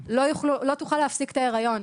עדיין לא תוכל להפסיק את ההיריון.